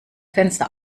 fenster